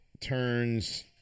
turns